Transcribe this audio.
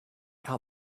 out